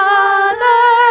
Father